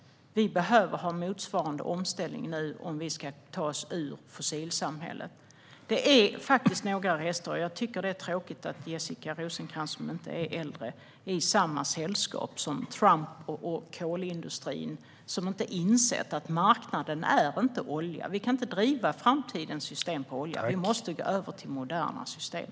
Vi behöver ha motsvarande omställning nu om vi ska ta oss ur fossilsamhället. Det är tråkigt att Jessica Rosencrantz, som inte är äldre, är i samma sällskap som Trump och kolindustrin, som inte har insett att marknaden inte är olja. Vi kan inte driva framtidens system på olja. Vi måste gå över till moderna system.